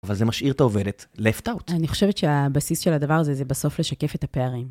אבל זה משאיר את העובדת left out. אני חושבת שהבסיס של הדבר הזה זה בסוף לשקף את הפערים.